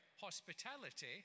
hospitality